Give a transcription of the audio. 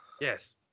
Yes